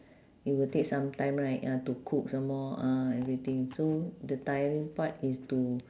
it will take some time right ah to cook some more uh everything so the tiring part is to